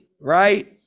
right